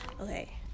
Okay